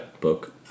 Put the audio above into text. book